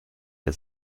der